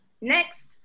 Next